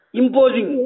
imposing